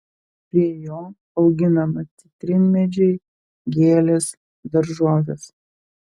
prie jo auginama citrinmedžiai gėlės daržovės